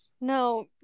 No